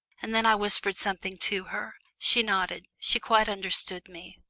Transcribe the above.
and then i whispered something to her. she nodded she quite understood me.